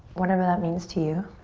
whatever that means to you.